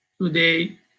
Today